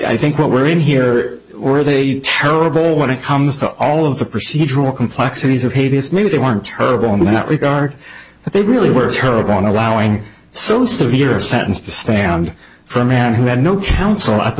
i think what we're in here were they terrible when it comes to all of the procedural complexities of hades maybe they weren't turbot in that regard but they really were terrible in allowing so severe a sentence to stand for a man who had no counsel at the